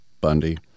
Bundy